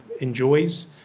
enjoys